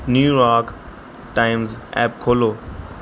New York Times app ਖੋਲ੍ਹੋ